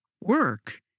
work